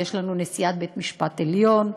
ויש לנו נשיאת בית-משפט עליון,